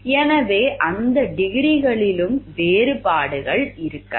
எனவே அந்த டிகிரிகளிலும் வேறுபாடுகள் இருக்கலாம்